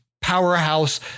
Powerhouse